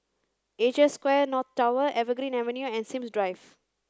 Asia Square North Tower Evergreen Avenue and Sims Drive